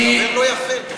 אתה מדבר לא יפה.